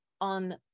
on